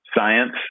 science